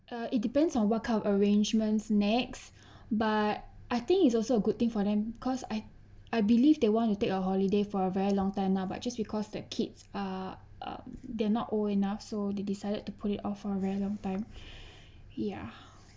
uh it depends on what kind of arrangements next but I think it's also a good thing for them because I I believe they want to take a holiday for a very long time lah but just because the kids are uh they're not old enough so they decided to put it off lah a very long time